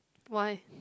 why